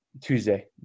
Tuesday